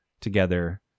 together